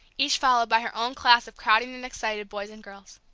each followed by her own class of crowding and excited boys and girls.